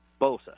Bosa